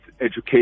education